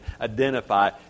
identify